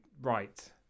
right